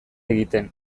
egiten